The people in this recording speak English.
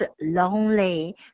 lonely